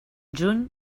juny